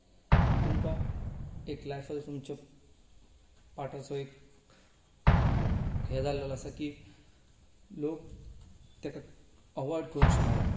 तुमकां एक लायफाचो तुमच्या पार्ट एक हें जाल्लो आसा की लोक ताका अवॉयड करूंक शकनात